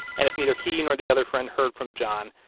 and if neither he nor the other friend heard from john,